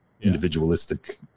individualistic